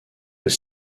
peut